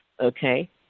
okay